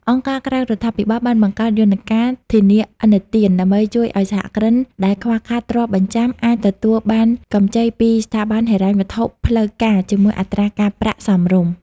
អង្គការក្រៅរដ្ឋាភិបាលបានបង្កើតយន្តការ "ធានាឥណទាន" ដើម្បីជួយឱ្យសហគ្រិនដែលខ្វះខាតទ្រព្យបញ្ចាំ អាចទទួលបានកម្ចីពីស្ថាប័នហិរញ្ញវត្ថុផ្លូវការជាមួយអត្រាការប្រាក់សមរម្យ។